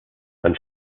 dann